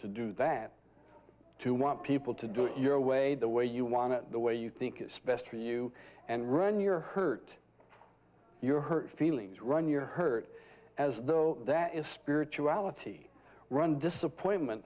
to do that to want people to do it your way the way you want it the way you think it's best for you and run your hurt your hurt feelings run your hurt as though that is spirituality run disappointment